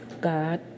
God